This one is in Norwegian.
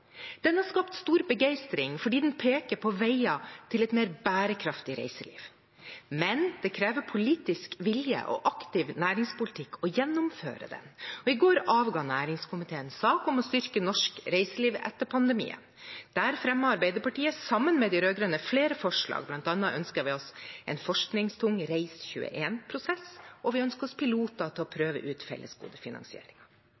Den har skapt stor begeistring fordi den peker på veier til et mer bærekraftig reiseliv, men det krever politisk vilje og aktiv næringspolitikk å gjennomføre den. I går avga næringskomiteen sak om å styrke norsk reiseliv etter pandemien. Der fremmet Arbeiderpartiet sammen med de rød-grønne flere forslag. Blant annet ønsker vi oss en forskningstung REIS21-prosess, og vi ønsker oss piloter til å